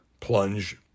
plunge